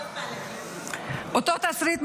אותו תסריט,